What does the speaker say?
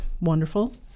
wonderful